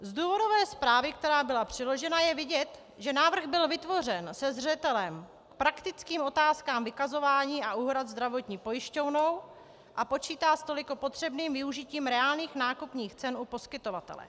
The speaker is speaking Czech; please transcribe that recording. Z důvodové zprávy, která byla přiložena, je vidět, že návrh byl vytvořen se zřetelem k praktickým otázkám vykazování a úhrad zdravotní pojišťovnou a počítá toliko s potřebným využitím reálných nákupních cen u poskytovatele.